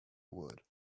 would